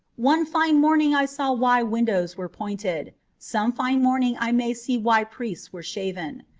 one fine morning i saw why windows were pointed some fine morning i may see why priests were shaven.